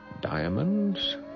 Diamonds